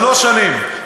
שלוש שנים,